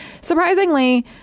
surprisingly